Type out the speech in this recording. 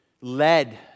led